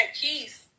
peace